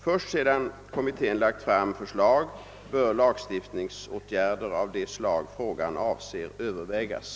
Först sedan kommittén lagt fram förslag bör lagstiftningsåtgärder av det slag frågan avser övervägas.